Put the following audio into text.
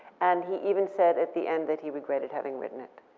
and he even said at the end that he regretted having written it.